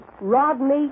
Rodney